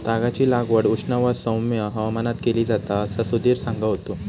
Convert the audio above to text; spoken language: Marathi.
तागाची लागवड उष्ण व सौम्य हवामानात केली जाता असा सुधीर सांगा होतो